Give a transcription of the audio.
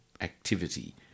activity